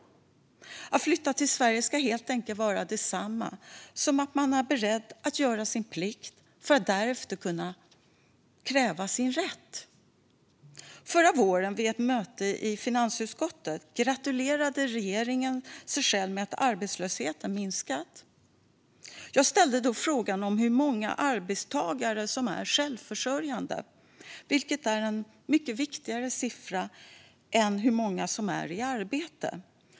Att flytta till Sverige ska helt enkelt vara detsamma som att man är beredd att göra sin plikt för att därefter kunna kräva sin rätt. Förra våren, vid ett möte i finansutskottet, gratulerade regeringen sig själv för att arbetslösheten minskat. Jag ställde då frågan om hur många arbetstagare som är självförsörjande, vilket är en mycket viktigare siffra än hur många som är i arbete.